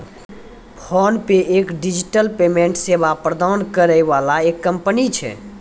PhonePe एक digital payment सेवा प्रदान करै वाला एक कंपनी छै